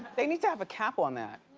they need to have a cap on that.